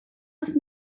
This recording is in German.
ist